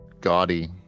gaudy